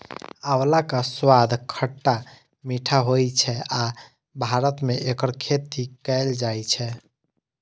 आंवलाक स्वाद खट्टा मीठा होइ छै आ भारत मे एकर खेती कैल जाइ छै